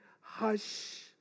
hush